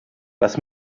was